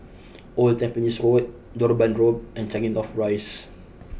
old Tampines Road Durban Road and Changi North Rise